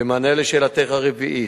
במענה לשאלתך הרביעית,